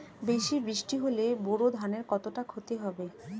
বেশি বৃষ্টি হলে বোরো ধানের কতটা খতি হবে?